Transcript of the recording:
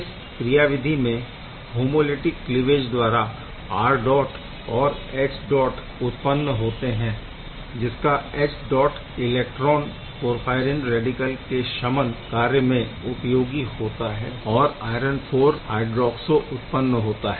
इस क्रियाविधि में होमोलिटिक क्लीवेज द्वारा R डॉट और H डॉट उत्पन्न होते है जिसका H dot electron porphyrin radical के शमन कार्य में उपयोग होता है और आयरन IV हय्ड्रोऑक्सो उत्पन्न होता है